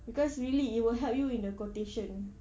because really it will help you in the quotation